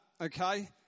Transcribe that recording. okay